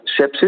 sepsis